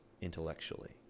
intellectually